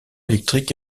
électrique